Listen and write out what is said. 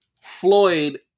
Floyd